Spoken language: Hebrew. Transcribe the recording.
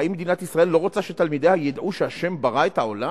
האם מדינת ישראל לא רוצה שתלמידיה ידעו שהשם ברא את העולם?